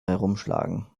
herumschlagen